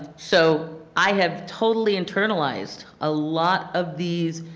so i have totally internalized ah lot of these